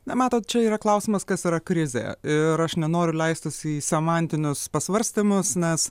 na matot čia yra klausimas kas yra krizė ir aš nenoriu leistis į semantinius pasvarstymus nes